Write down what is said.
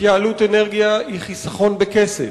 התייעלות אנרגיה היא חיסכון בכסף.